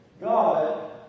God